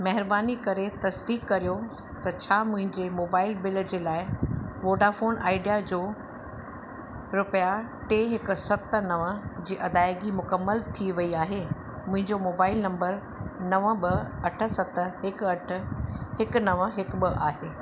महिरबानी करे तस्दीक़ कयो त छा मुंहिंजे मोबाइल बिल जे लाइ वोडाफोन आइडिया जो रुपया टे हिकु सत नव जी अदाइगी मुक़मल थी वई आहे मुख़िंजो मोबाइल नंबर नव ॿ अठ सत हिकु अठ हिकु नव हिकु ॿ आहे